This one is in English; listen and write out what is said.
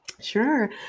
Sure